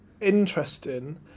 interesting